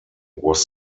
was